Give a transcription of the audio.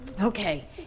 Okay